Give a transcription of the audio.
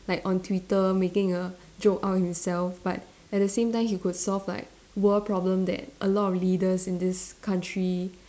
like on Twitter making a joke out of himself but at the same time he could solve like world problem that a lot of leaders in this country